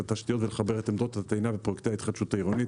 התשתיות ולחבר את עמדות הטעינה ופרויקטי ההתחדשות העירונית.